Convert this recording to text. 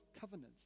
covenant